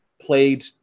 played